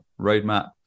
roadmap